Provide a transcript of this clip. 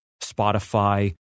Spotify